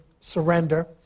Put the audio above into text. surrender